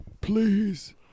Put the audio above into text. Please